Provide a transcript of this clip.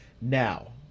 Now